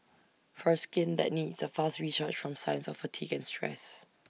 for skin that needs A fast recharge from signs of fatigue and stress